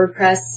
WordPress